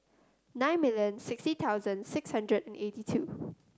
nine million sixty thousand six hundred and eighty two